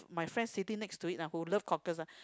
my friend sitting next to it ah who love cockles ah